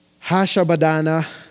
Hashabadana